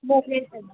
ॿ प्लेट